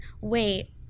wait